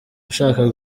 ushaka